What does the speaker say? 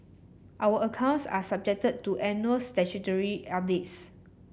our accounts are subjected to annual statutory audits